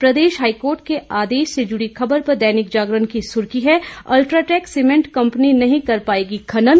प्रदेश high court के आदेश से जुड़ी खबर पर दैनिक जागरण की सुर्खी है अल्ट्राटेक सीमेंट कंपनी नहीं कर पाएगी खनन